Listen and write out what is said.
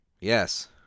Yes